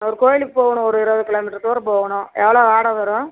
ஒரு கோயிலுக்குப் போகணும் ஒரு இருவது கிலோ மீட்ரு தூரம் போகணும் எவ்வளோ வாடகை வரும்